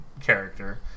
character